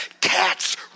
cats